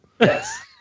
yes